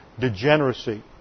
degeneracy